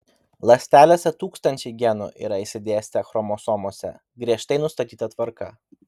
ląstelėse tūkstančiai genų yra išsidėstę chromosomose griežtai nustatyta tvarka